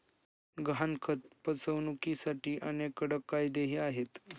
गहाणखत फसवणुकीसाठी अनेक कडक कायदेही आहेत